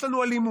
יש לנו אלימות,